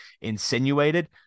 insinuated